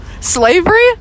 slavery